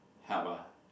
help ah